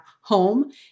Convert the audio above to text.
home